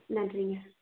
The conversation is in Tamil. நன்றிங்க